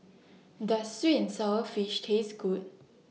Does Sweet and Sour Fish Taste Good